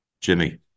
Jimmy